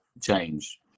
change